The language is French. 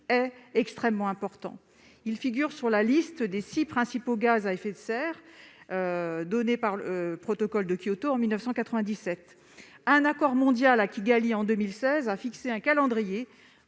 est extrêmement important. Ce gaz figure parmi les six principaux gaz à effet de serre listés par le protocole de Kyoto, en 1997. Un accord mondial, conclu à Kigali en 2016, a fixé un calendrier